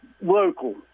local